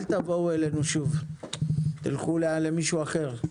אל תבואו אלינו שוב, תלכו למישהו אחר.